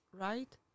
right